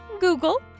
Google